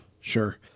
Sure